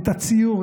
את הציור,